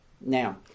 Now